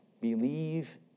Believe